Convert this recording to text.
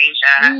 Asia